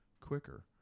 quicker